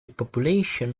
population